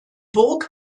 burg